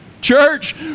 church